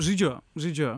žaidžiu žaidžiu